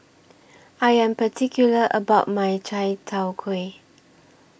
I Am particular about My Chai Tow Kway